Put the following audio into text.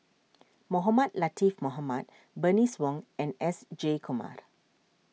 Mohamed Latiff Mohamed Bernice Wong and S Jayakumar